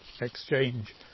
exchange